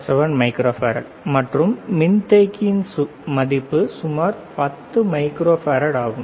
77 microfarad மற்றும் மின்தேக்கியின் மதிப்பு சுமார் 10 மைக்ரோஃபாரட் ஆகும்